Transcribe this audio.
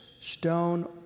stone